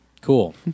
Cool